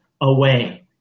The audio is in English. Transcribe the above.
away